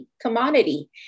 commodity